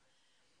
לעולמם.